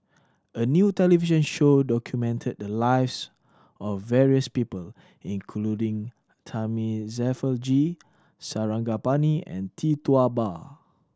a new television show documented the lives of various people including Thamizhavel G Sarangapani and Tee Tua Ba